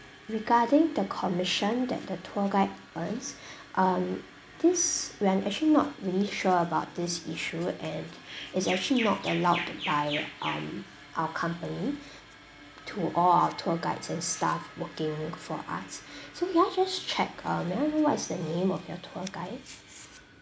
regarding the commission that the tour guide earns um this we're actually not really sure about this issue and it's actually not allowed by um our company to all our tour guides and staff working for us so may I just check um may I know what is the name of your tour guides